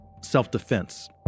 Self-defense